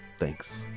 thanks.